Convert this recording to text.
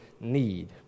need